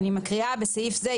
אני מקריאה: "" בסעיף זה,